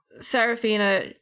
Serafina